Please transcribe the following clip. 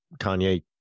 Kanye